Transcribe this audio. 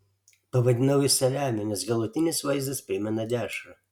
pavadinau jį saliamiu nes galutinis vaizdas primena dešrą